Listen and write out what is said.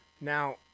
Now